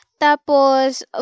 Tapos